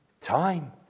time